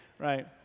Right